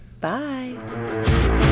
Bye